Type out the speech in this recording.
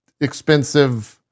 expensive